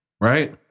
Right